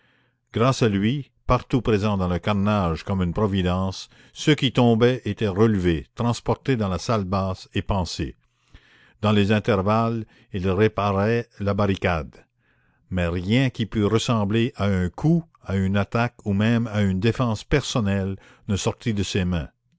grâce à lui partout présent dans le carnage comme une providence ceux qui tombaient étaient relevés transportés dans la salle basse et pansés dans les intervalles il réparait la barricade mais rien qui pût ressembler à un coup à une attaque ou même à une défense personnelle ne sortit de ses mains